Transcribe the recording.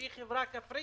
שהיא חברה כפרית,